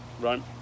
Right